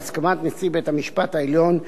בהסכמת נשיא בית-המשפט העליון,